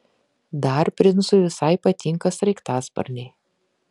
dar princui visai patinka sraigtasparniai